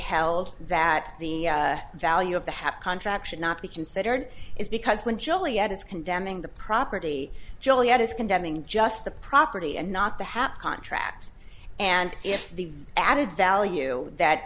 held that the value of the have contract should not be considered is because when joliet is condemning the property joliet is condemning just the property and not the hat contract and if the added value that